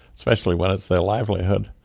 especially when it's their livelihood.